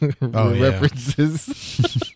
references